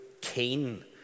keen